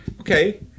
okay